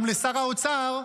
גם לשר האוצר,